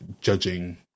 judging